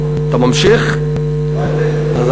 שאנחנו המפלגה הכי צעירה בכנסת,